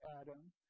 Adam